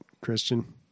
christian